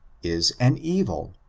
is an evil.